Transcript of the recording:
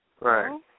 Right